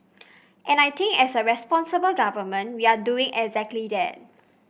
and I think as a responsible government we're doing exactly that